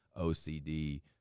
OCD